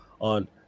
on